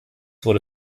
wurde